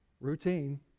routine